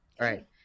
right